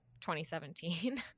2017